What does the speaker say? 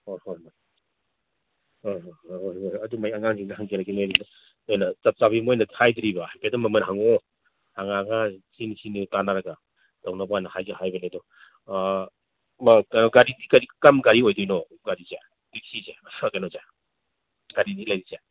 ꯍꯣꯏ ꯍꯣꯏ ꯍꯣꯏ ꯍꯣꯏ ꯍꯣꯏ ꯍꯣꯏ ꯍꯣꯏ ꯍꯣꯏ ꯑꯗꯨꯅ ꯑꯩ ꯑꯉꯥꯡꯁꯤꯡꯗ ꯍꯪꯖꯔꯒꯦ ꯆꯞ ꯆꯥꯕꯤ ꯃꯣꯏꯅ ꯍꯥꯏꯗ꯭ꯔꯤꯕ ꯍꯥꯏꯐꯦꯠꯇ ꯃꯃꯜ ꯍꯪꯉꯛꯑꯣ ꯍꯪꯉꯛꯑꯒ ꯁꯤꯅꯤ ꯁꯤꯅꯤ ꯇꯥꯅꯔꯒ ꯇꯧꯅꯕꯅ ꯍꯥꯏꯗꯤ ꯍꯥꯏꯕꯅꯤ ꯑꯗꯨ ꯒꯥꯔꯤꯗꯤ ꯀꯔꯤ ꯀꯔꯝꯕ ꯒꯥꯔꯤ ꯑꯣꯏꯗꯣꯏꯅꯣ ꯒꯥꯔꯤꯁꯦ ꯇꯦꯛꯁꯤꯁꯦ ꯀꯩꯅꯣꯁꯦ ꯒꯥꯔꯤ ꯑꯅꯤ ꯂꯩꯔꯤꯁꯦ